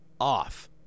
off